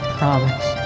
promise